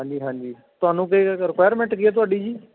ਹਾਂਜੀ ਹਾਂਜੀ ਤੁਹਾਨੂੰ ਕੀ ਰਿਕੁਾਇਰਮੈਂਟ ਕੀ ਹੈ ਤੁਹਾਡੀ ਜੀ